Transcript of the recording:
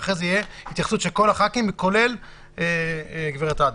ואז תהיה התייחסות של כל חברי הכנסת כולל הגב' עדס,